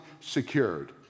secured